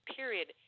period